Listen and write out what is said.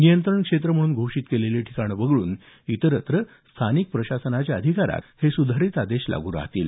नियंत्रण क्षेत्र म्हणून घोषित केलेली ठिकाणं वगळून इतरत्र स्थानिक प्रशासनाच्या अधिकारात हे सुधारित आदेश लागू राहतील